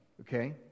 Okay